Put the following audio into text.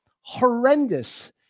Horrendous